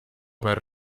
per